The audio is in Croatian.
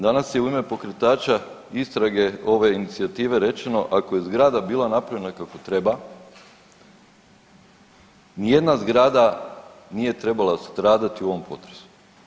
Danas je u ime pokretača istrage ove inicijative rečeno ako je zgrada bila napravljena kako treba, ni jedna zgrada nije trebala stradati u ovom potresu.